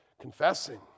confessing